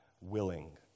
willing